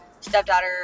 stepdaughter